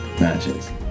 matches